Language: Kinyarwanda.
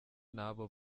n’abo